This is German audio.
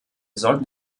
sollten